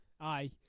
Aye